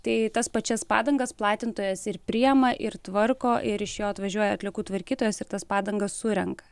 tai tas pačias padangas platintojas ir priėma ir tvarko ir iš jo atvažiuoja atliekų tvarkytojas ir tas padangas surenka